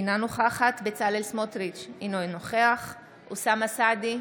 אינה נוכחת בצלאל סמוטריץ' אינו נוכח אוסאמה סעדי,